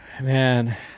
Man